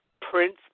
Prince